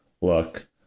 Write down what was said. look